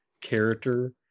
character